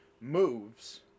moves